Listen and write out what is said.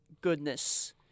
Goodness